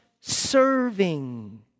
serving